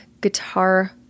guitar